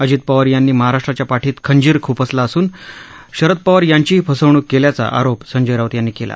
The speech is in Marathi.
अजित पवार यांनी महाराष्ट्राच्या पाठीत खंजीर ख्पसला असून शरद पवार यांचीही फसवणूक केल्याचा आरोप संजय राऊत यांनी केला